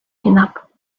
hinab